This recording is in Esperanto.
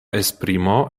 esprimo